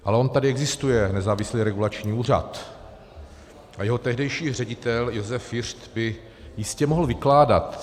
Ale on tady existuje nezávislý regulační úřad a jeho tehdejší ředitel Josef Fiřt by jistě mohl vykládat.